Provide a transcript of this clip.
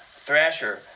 Thrasher